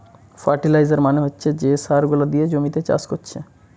fertiliser মানে হচ্ছে যে সার গুলা দিয়ে জমিতে চাষ কোরছে